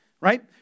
Right